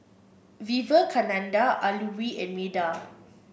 Vivekananda Alluri and Medha